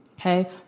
Okay